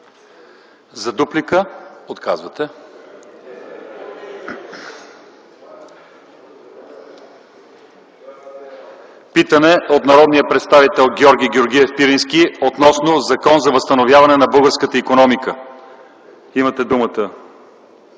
и реплики в КБ.) Питане от народния представител Георги Георгиев Пирински относно Закон за възстановяване на българската икономика. Имате думата,